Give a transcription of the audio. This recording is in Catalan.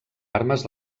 armes